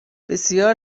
بسیار